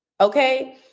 Okay